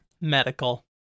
Medical